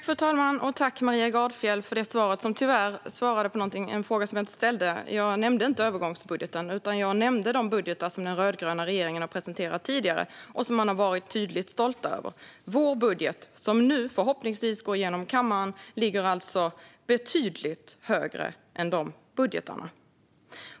Fru talman! Tack, Maria Gardfjell, för svaret som tyvärr var ett svar på en fråga som jag inte ställde! Jag nämnde inte övergångsbudgeten, utan jag nämnde de budgetar som den rödgröna regeringen tidigare har presenterat och som man har varit stolt över. Vår budget, som nu förhoppningsvis går igenom i kammaren, ligger alltså betydligt högre än era budgetar.